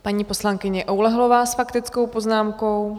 Paní poslankyně Oulehlová s faktickou poznámkou.